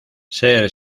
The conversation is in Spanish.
ser